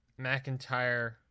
McIntyre